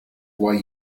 why